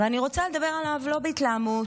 ואני רוצה לדבר עליו לא בהתלהמות